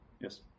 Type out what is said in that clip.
Yes